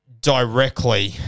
directly